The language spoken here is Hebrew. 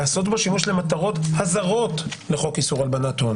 לעשות בו שימוש למטרות הזרות לחוק איסור הלבנת הון